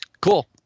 Cool